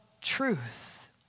truth